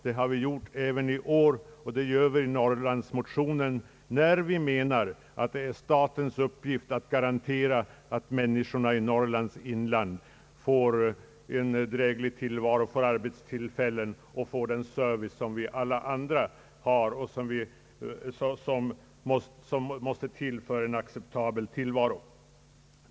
Det har vi gjort även i år i norrlandsmotionen, där vi framhåller att det är statens uppgift att garantera att människorna i Norrlands inland får en dräglig tillvaro, får arbetstillfällen och den service som vi alla andra får och som måste till för en acceptabel tillvaro.